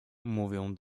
mówią